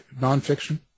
nonfiction